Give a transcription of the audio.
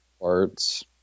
parts